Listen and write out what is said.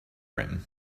rim